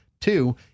Two